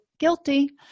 guilty